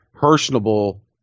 personable –